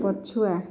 ପଛୁଆ